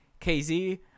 KZ